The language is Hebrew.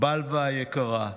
בלוה היקרה,